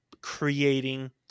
creating